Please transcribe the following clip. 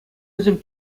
вӗсем